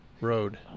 Road